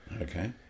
Okay